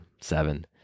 seven